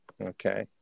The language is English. okay